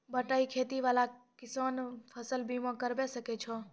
बटाई खेती करै वाला किसान फ़सल बीमा करबै सकै छौ?